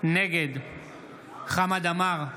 נגד חמד עמאר,